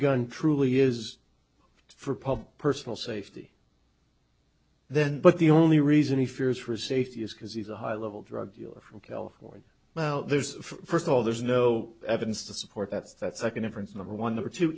gun truly is for public personal safety then but the only reason he fears for his safety is because he's a high level drug dealer from california well there's first of all there's no evidence to support that's that second difference number one number two